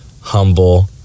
humble